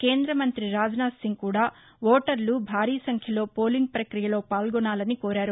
కేంద్ర మంతి రాజ్నాథ్సింగ్ కూడా ఓటర్లు భారీ సంఖ్యలో పోలింగ్ ప్రక్రియలో పాల్గొనాలని కోరారు